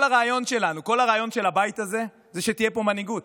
כל הרעיון של הבית הזה הוא שתהיה פה מנהיגות.